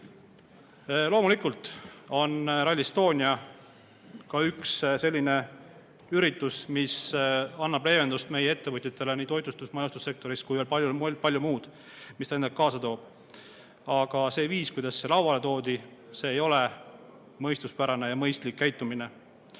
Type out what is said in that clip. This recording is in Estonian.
Loomulikult on Rally Estonia selline üritus, mis annab leevendust meie ettevõtjatele nii toitlustus- ja majutussektoris kui veel palju muud, mis ta endaga kaasa toob. Aga viis, kuidas see lauale toodi, ei ole mõistuspärane ja mõistlik käitumine.